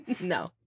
no